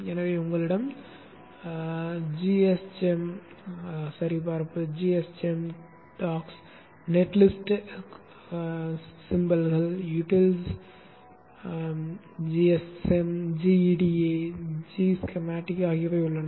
எனவே உங்களிடம் gschem சரிபார்ப்பு gschem டாக்ஸ் நெட்லிஸ்ட் சின்னங்கள் utils gschem gEDA g schematic ஆகியவை உள்ளன